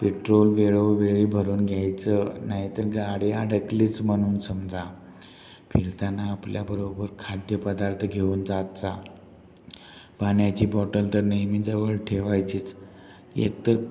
petrol वेळोवेळी भरून घ्यायचं नाहीतर गाडी अडकलीच म्हणून समजा फिरताना आपल्याबरोबर खाद्यपदार्थ घेऊन जात जा पाण्याची बॉटल तर नेहमी जवळ ठेवायचीच एकतर